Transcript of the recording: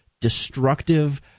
destructive